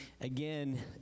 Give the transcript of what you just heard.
Again